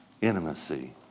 intimacy